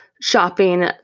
Shopping